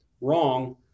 wrong